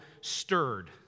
stirred